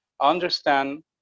understand